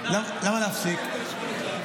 למה להפסיק?